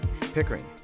Pickering